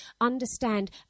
understand